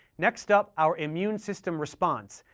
next up, our immune system responds,